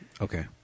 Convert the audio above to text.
Okay